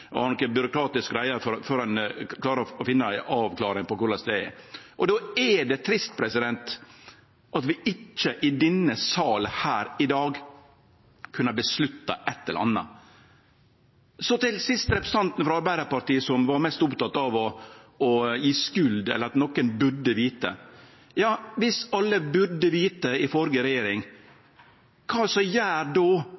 før ein klarer å finne ei avklaring på korleis det skal vere. Då er det trist at vi i denne sal her i dag ikkje kan vedta eit eller anna. Til sist til representanten frå Arbeidarpartiet, som var mest oppteken av å gje skuld eller av at nokon burde vite: Viss alle i førre regjering burde vite,